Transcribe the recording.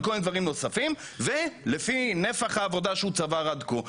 על כל מיני דברים נוספים ולפי נפח העבודה שהוא צבר עד כה.